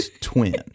twin